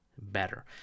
better